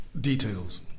details